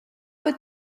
had